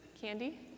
Candy